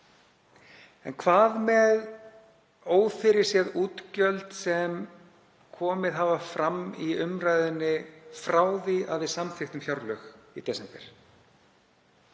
En hvað með ófyrirséð útgjöld sem komið hafa fram í umræðunni frá því að við samþykktum fjárlög í desember?